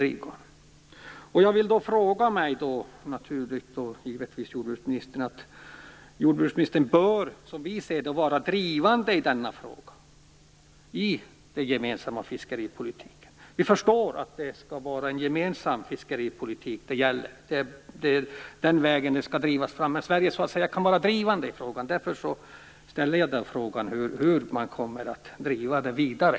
Som vi ser det bör jordbruksministern vara drivande i denna fråga inom den gemensamma fiskeripolitiken. Vi förstår att det är den vägen det här måste drivas, men Sverige bör vara drivande i frågan. Därför vill jag fråga hur man kommer att driva det här vidare.